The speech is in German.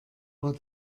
war